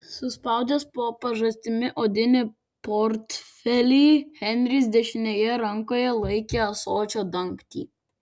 suspaudęs po pažastimi odinį portfelį henris dešinėje rankoje laikė ąsočio dangtį